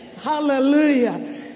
hallelujah